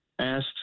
asked